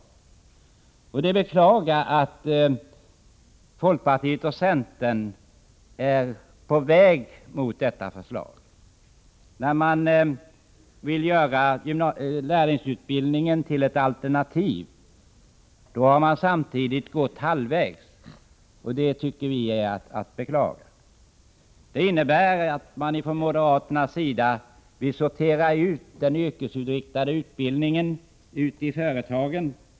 Det är att beklaga att folkpartiet och centern är på väg mot att acceptera detta förslag. När man vill göra lärlingsutbildningen till ett alternativ, har man samtidigt gått halvvägs, vilket vi tycker är beklagligt. Detta innebär att moderaterna vill sortera ut den yrkesinriktade utbildningen och förlägga den till företagen.